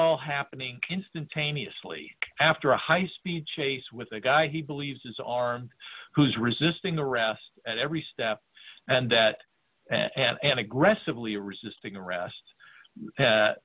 all happening instantaneously after a high speed chase with a guy he believes is armed who's resisting arrest at every step and that have an aggressively resisting arrest